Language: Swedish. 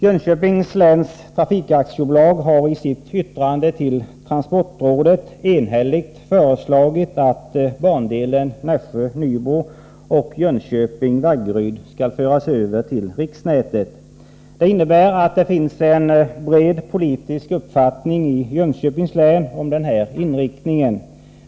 Jönköpings läns trafikaktiebolag har i ett yttrande till transportrådet enhälligt föreslagit att bandelen Nässjö-Nybro och Jönköping-Vaggeryd skall föras över till riksnätet. Det innebär att det finns en bred politisk enighet i Jönköpings län om den här inriktningen.